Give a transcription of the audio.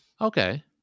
Okay